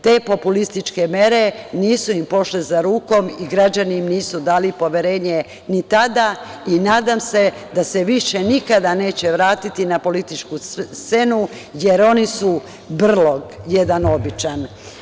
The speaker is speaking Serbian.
Te populističke mere nisu im pošle za rukom i građani im nisu dali poverenje ni tada i nadam se da se više nikada neće vratiti na političku scenu, jer oni su brlog jedan običan.